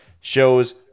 shows